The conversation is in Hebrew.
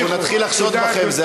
אנחנו נתחיל לחשוד בכם, תודה.